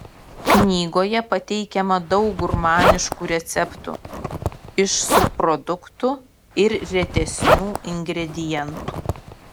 knygoje pateikiama daug gurmaniškų receptų iš subproduktų ir retesnių ingredientų